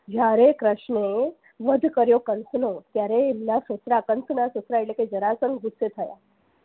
જ્યારે કૃષ્ણનો વધ કર્યો કંસનો ત્યારે એમના સસરા કંસના સસરા એટલે કે જરાસંઘ ગુસ્સે થયા